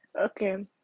okay